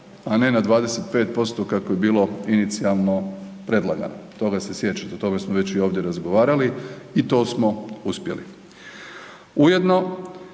a ne na 25% kako je bilo inicijalno predlagano, toga se sjećate, o tome smo već i ovdje razgovarali i to smo uspjeli.